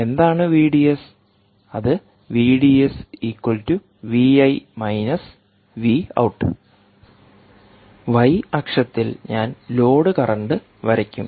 എന്താണ് VDS അത് VDS Vi Vout Y അക്ഷത്തിൽ ഞാൻ ലോഡ് കറന്റ് വരയ്ക്കും